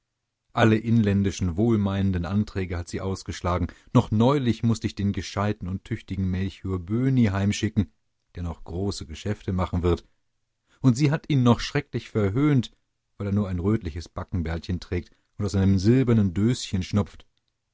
alle inländischen wohlmeinenden anträge hat sie ausgeschlagen noch neulich mußte ich den gescheiten und tüchtigen melchior böhni heimschicken der noch große geschäfte machen wird und sie hat ihn noch schrecklich verhöhnt weil er nur ein rötliches backenbärtchen trägt und aus einem silbernen döschen schnupft